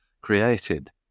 created